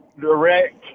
direct